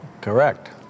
Correct